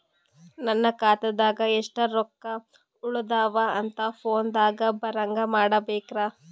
ನನ್ನ ಖಾತಾದಾಗ ಎಷ್ಟ ರೊಕ್ಕ ಉಳದಾವ ಅಂತ ಫೋನ ದಾಗ ಬರಂಗ ಮಾಡ ಬೇಕ್ರಾ?